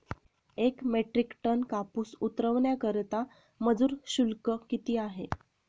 एक metric tonne कापूस उतरवण्याकरता मजूर शुल्क किती आहे?